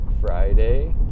Friday